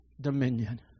dominion